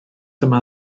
yma